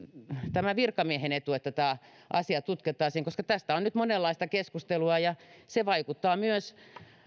tämän virkamiehen etu että tämä asia tutkittaisiin koska tästä on nyt monenlaista keskustelua ja se vaikuttaa myös